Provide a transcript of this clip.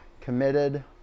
committed